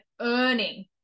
earning